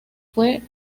fue